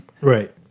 Right